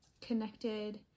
connected